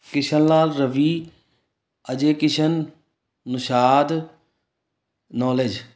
Kishanlal Ravi Ajay Kishan Naushad knowledge